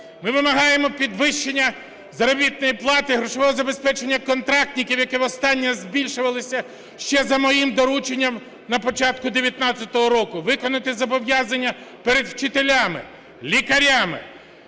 Ми вимагаємо підвищення заробітної плати, грошового забезпечення контрактників, яке востаннє збільшувалося ще за моїм дорученням на початку 19-го року, виконати зобов'язання перед вчителями, лікарями,